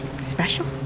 special